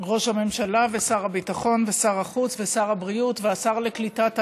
ראש הממשלה ושר הביטחון ושר החוץ ושר הבריאות והשר לקליטת העלייה,